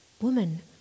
Woman